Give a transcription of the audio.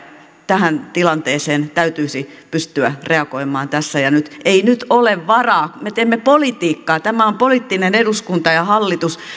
tähän tilanteeseen täytyisi pystyä reagoimaan tässä ja nyt ei nyt ole varaa emmekä me voi me teemme politiikkaa tämä on poliittinen eduskunta ja hallitus